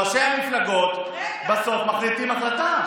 ראשי המפלגות בסוף מחליטים החלטה.